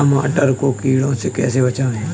टमाटर को कीड़ों से कैसे बचाएँ?